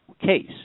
case